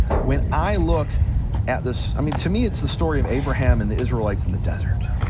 when i look at this, i mean, to me it's the story of abraham and the israelites in the desert.